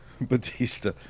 Batista